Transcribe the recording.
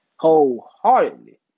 Wholeheartedly